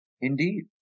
Indeed